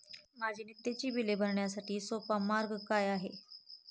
माझी नित्याची बिले भरण्यासाठी सोपा मार्ग काय आहे?